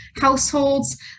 households